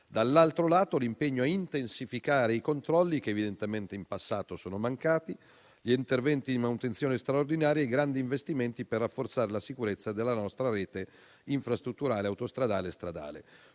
dall'altro lato, l'impegno a intensificare i controlli, che evidentemente in passato sono mancati, gli interventi di manutenzione straordinaria e i grandi investimenti per rafforzare la sicurezza della nostra rete infrastrutturale, autostradale e stradale.